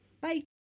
bye